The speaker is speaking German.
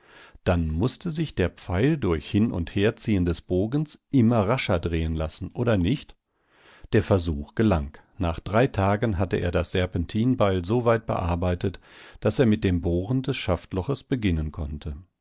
dann mußte sich der pfeil durch hin und herziehen des bogens immer rascher drehen lassen oder nicht der versuch gelang nach drei tagen hatte er das serpentinbeil so weit bearbeitet daß er mit dem bohren des schaftloches beginnen konnte